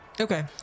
Okay